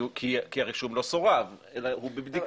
כי הרישום לא סורב אלא הוא בבדיקה,